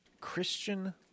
Christian